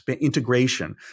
integration